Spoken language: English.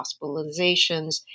hospitalizations